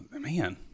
man